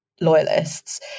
Loyalists